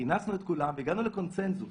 והגענו לקונצנזוס